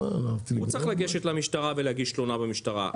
הוא צריך לגשת למשטרה ולהגיש תלונה במשטרה.